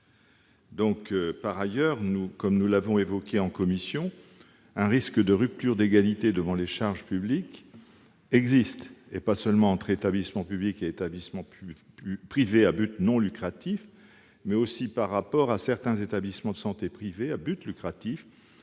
! Par ailleurs, comme nous l'avons évoqué en commission, un risque de rupture d'égalité devant les charges publiques existe, pas seulement entre établissements publics et établissements privés à but non lucratif, mais aussi entre certains établissements de santé privés à but lucratif